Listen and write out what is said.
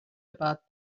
about